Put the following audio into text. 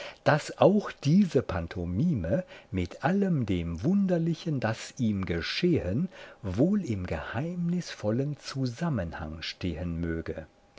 daß auch diese pantomime mit allem dem wunderlichen das ihm geschehen wohl im geheimnisvollen zusammenhang stehen möge